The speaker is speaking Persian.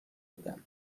بودن